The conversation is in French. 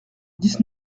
dix